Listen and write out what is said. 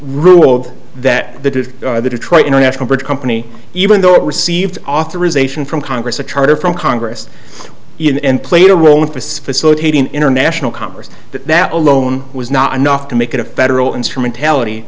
ruled that that is the detroit international bridge company even though it received authorization from congress a charter from congress in played a role in facilitating international commerce but that alone was not enough to make it a federal instrumentality